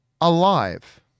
alive